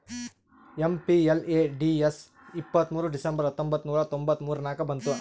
MPLADS ಇಪ್ಪತ್ತ್ಮೂರ್ December ಹತ್ತೊಂಬತ್ ನೂರಾ ತೊಂಬತ್ತ ಮೂರ ನಾಗ ಬಂತು